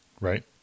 Right